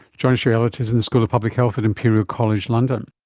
joshua elliott is in the school of public health at imperial college london